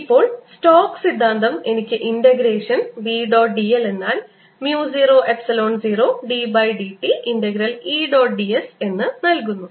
ഇപ്പോൾ സ്റ്റോക്സ് സിദ്ധാന്തം എനിക്ക് integration B dot d l എന്നാൽ mu 0 epsilon 0 d by d t integral E dot d s എന്ന നൽകുന്നു